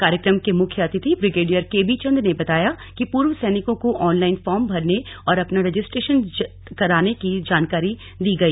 कार्यक्रम के मुख्य अतिथि ब्रिगेडियर के बी चंद ने बताया कि पूर्व सैनिकों को ऑन लाइन फॉर्म भरने और अपना रजिस्ट्रेशन कराने की जानकारी दी गई